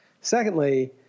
Secondly